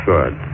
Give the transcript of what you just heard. Good